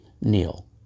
kneel